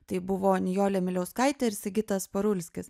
tai buvo nijolė miliauskaitė ir sigitas parulskis